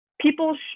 people